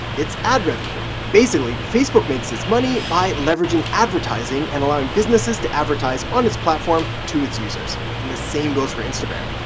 it's ad revenue basically facebook makes its money by leveraging advertising and allowing businesses to advertise on its platform to its users and the same goes for instagram.